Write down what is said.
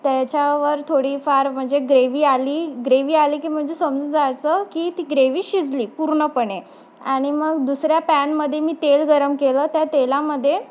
त्याच्यावर थोडीफार म्हणजे ग्रेवी आली ग्रेवी आली की म्हणजे समजू जायचं की ती ग्रेव्ही शिजली पूर्णपणे आणि मग दुसऱ्या पॅनमध्ये मी तेल गरम केलं त्या तेलामध्ये